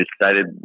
decided